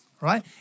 right